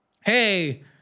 hey